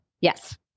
Yes